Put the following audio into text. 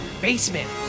basement